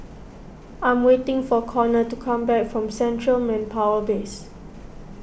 I am waiting for Conor to come back from Central Manpower Base